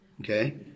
Okay